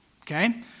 okay